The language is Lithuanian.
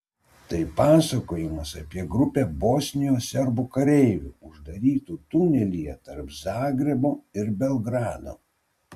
tai pasakojimas apie grupę bosnijos serbų kareivių uždarytų tunelyje tarp zagrebo ir belgrado